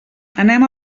anem